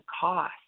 cost